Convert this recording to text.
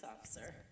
officer